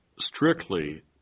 strictly